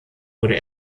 wurde